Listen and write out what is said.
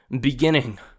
beginning